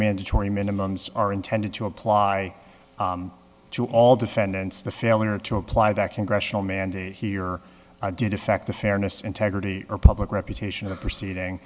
mandatory minimums are intended to apply to all defendants the failure to apply that congressional mandate here didn't affect the fairness integrity or public reputation of proceeding